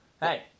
hey